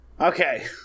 Okay